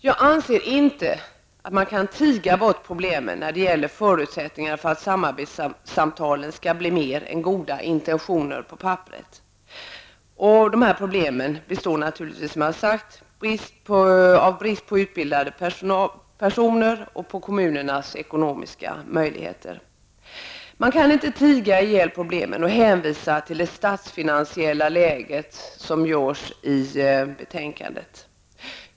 Jag anser inte att man kan tiga bort problemen när det gäller förutsättningarna för att samarbetssamtalen skall bli mer än goda intentioner på papperet. Problemen beror som sagt naturligtvis på brist på utbildade personer och på kommunernas otillräckliga ekonomiska möjligheter. Man kan alltså inte tiga ihjäl problemen och hänvisa till det statsfinansiella läget, vilket görs i betänkandet.